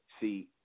see